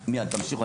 הייתה שאלה נוספת